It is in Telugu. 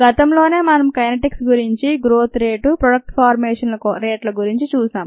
గతంలోనే మనం కైనెటిక్స్ గురించి గ్రోత్ రేటు ప్రోడక్ట్ ఫార్మేషన్ రేట్ల గురించి చూశాం